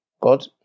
God